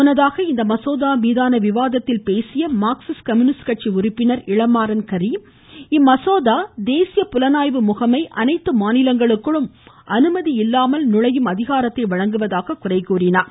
முன்னதாக மாநிலங்களவையில் இம்மசோதா மீதான விவாதத்தில் பேசிய மார்க்சிஸ்ட் கம்யூனிஸ்ட் கட்சி உறுப்பினர்இளமாறம் கரீம் இந்த மசோதர் தேசிய புலனாய்வு முகமை அனைத்து மாநிலங்களுக்குள் அனுமதி இல்லாமல் நுழையும் அதிகாரத்தை வழங்குவதாக குறை கூறினார்